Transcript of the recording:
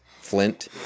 Flint